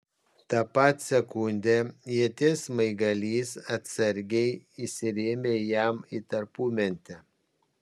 tą pat sekundę ieties smaigalys atsargiai įsirėmė jam į tarpumentę